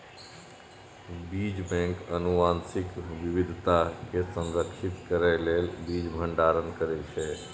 बीज बैंक आनुवंशिक विविधता कें संरक्षित करै लेल बीज भंडारण करै छै